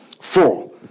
four